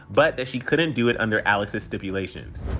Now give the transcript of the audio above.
but that she couldn't do it under alex's stipulations.